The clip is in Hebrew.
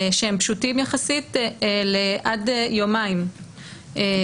שהם פשוטים יחסית לפרק זמן של עד יומיים מרגע